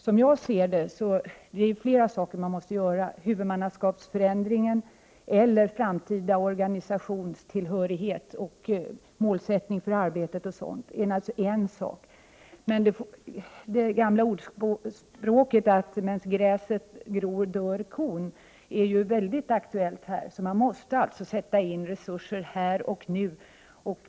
Som jag ser det, är det flera saker som måste göras: huvudmannaskapsförändringen eller den framtida organisationstillhörigheten och målsättningen för arbetet är naturligtvis viktiga saker, men det gamla ordspråket ”Medan gräset gror dör kon” är högaktuellt. Man måste alltså sätta in resurser här och nu.